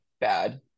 bad